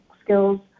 skills